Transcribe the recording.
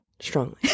strongly